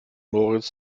moritz